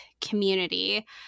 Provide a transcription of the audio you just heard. community